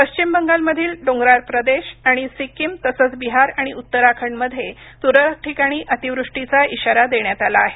पश्चिम बंगाल मधील डोगराळ प्रदेश आणि सिक्कीम तसंच बिहार आणि उत्तराखंडमध्ये तुरळक ठिकाणी अतिवृष्टीचा इशारा देण्यात आला आहे